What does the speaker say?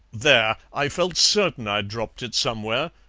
there! i felt certain i'd dropped it somewhere.